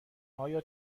آیا